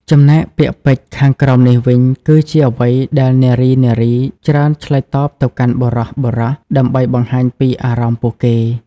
ចំណែកពាក្យពេចន៍ខាងក្រោមនេះវិញគឺជាអ្វីដែលនារីៗច្រើនឆ្លើយតបទៅកាន់បុរសៗ ដើម្បីបង្ហាញពីអារម្មណ៍ពួកគេ។